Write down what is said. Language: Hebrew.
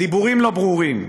הדיבורים לא ברורים.